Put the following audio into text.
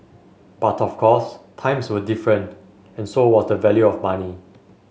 but of course times were different and so was the value of money